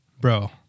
bro